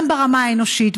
גם ברמה האנושית,